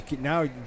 now